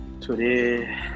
Today